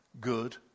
good